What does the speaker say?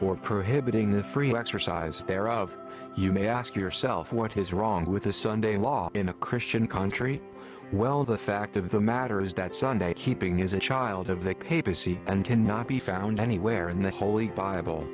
or prohibiting the free exercise thereof you may ask yourself what is wrong with the sunday law in a christian country well the fact of the matter is that sunday keeping is a child of the papacy and can not be found anywhere in the holy bible